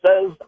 says